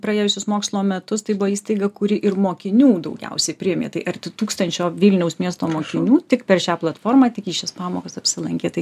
praėjusius mokslo metus tai buvo įstaiga kuri ir mokinių daugiausiai priėmė tai arti tūkstančio vilniaus miesto mokinių tik per šią platformą tik į šias pamokas apsilankė tai